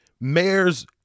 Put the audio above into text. mayor's